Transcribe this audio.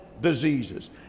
diseases